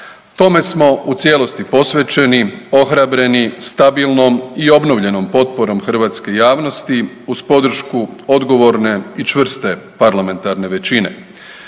Tome smo u cijelosti posvećeni, ohrabreni stabilnom i obnovljenom potporom hrvatske javnosti uz podršku odgovorne i čvrste parlamentarne većine.